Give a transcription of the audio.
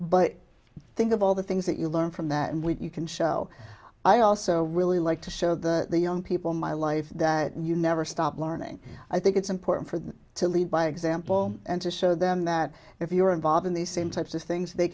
but think of all the things that you learn from that and we can show i also really like to show the young people in my life that you never stop learning i think it's important for them to lead by example and to show them that if you're involved in the same types of things they